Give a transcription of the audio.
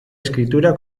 escritura